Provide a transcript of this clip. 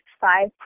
five